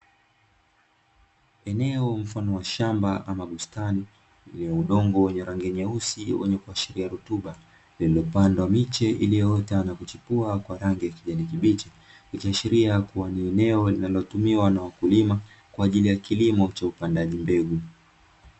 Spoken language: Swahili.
Eneo mfano wa shamba ama bustani, lenye udongo wenye rangi nyeusi wenye kuashiria rutuba, lililopandwa miche iliyoota na kuchipua kwa rangi ya kijani kibichi, ikiashiria kuwa ni eneo linalotumiwa na wakulima kwa ajili ya kilimo cha upandaji mbegu.